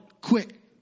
quick